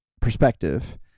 perspective